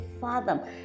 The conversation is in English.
Father